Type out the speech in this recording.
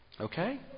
Okay